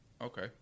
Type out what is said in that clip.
okay